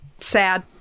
Sad